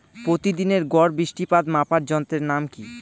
প্রতিদিনের গড় বৃষ্টিপাত মাপার যন্ত্রের নাম কি?